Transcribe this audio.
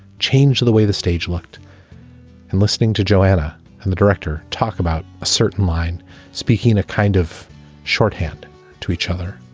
change the way the stage looked and listening to joanna and the director talk about a certain line speaking a kind of shorthand to each other.